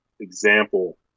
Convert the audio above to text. example